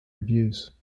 reviews